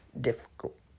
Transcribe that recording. difficult